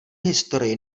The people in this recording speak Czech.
historii